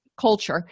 culture